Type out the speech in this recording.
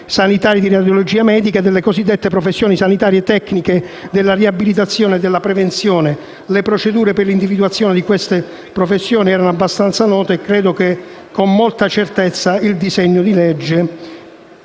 sanitari di radiologia medica e delle cosiddette professioni sanitarie tecniche della riabilitazione e della prevenzione. Le procedure per l'individuazione di queste professioni erano abbastanza note e sono convinto che il disegno di legge